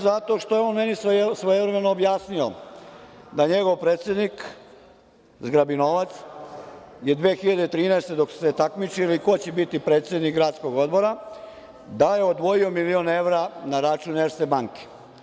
Zato što je on meni svojevremeno objasnio da njegov predsednik „zgrabi novac“ je od 2013. godine, dok ste se takmičili ko će bit predsednik gradskog odbora, davao milion evra na račun „Erste banke“